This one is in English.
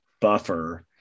buffer